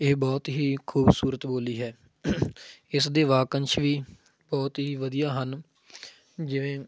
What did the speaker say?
ਇਹ ਬਹੁਤ ਹੀ ਖੂਬਸੂਰਤ ਬੋਲੀ ਹੈ ਇਸ ਦੇ ਵਾਕੰਸ਼ ਵੀ ਬਹੁਤ ਹੀ ਵਧੀਆ ਹਨ ਜਿਵੇਂ